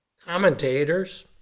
commentators